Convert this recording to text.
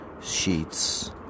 sheets